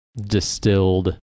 distilled